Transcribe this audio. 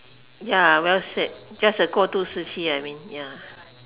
ya well said just a 过度时期 I mean ya